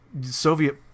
Soviet